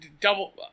double